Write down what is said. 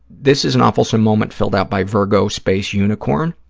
this is an awfulsome moment filled out by virgo space unicorn.